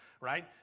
right